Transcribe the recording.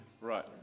Right